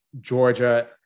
Georgia